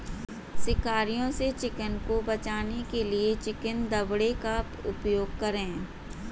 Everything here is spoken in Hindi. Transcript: शिकारियों से चिकन को बचाने के लिए चिकन दड़बे का उपयोग करें